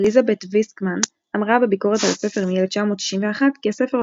אליזבת' ויסקמן אמרה בביקורת על הספר מ-1961 כי הספר לא